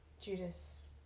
Judas